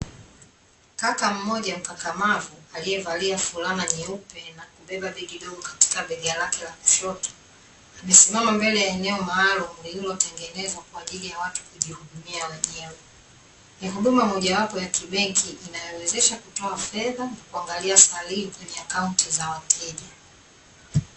Kaka mmoja mkakamavu aliyevalia fulana na kubeba begi dogo katika bega lake la kushoto, amesimama mbele ya eneo maalumu lililotengenezwa kwa ajili ya watu kujihudumia wenyewe. Ni huduma moja wapo ya kibenki inayowezesha kutoa fedha na kuangalia salio kwenye akaunti za wateja.